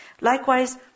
Likewise